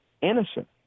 innocent